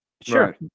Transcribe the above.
Sure